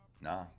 Nah